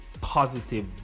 positive